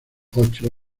ocho